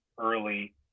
early